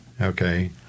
okay